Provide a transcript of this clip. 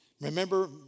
Remember